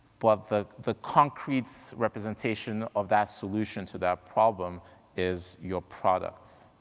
but the the concrete representation of that solution to that problem is your product.